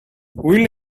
will